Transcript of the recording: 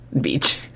Beach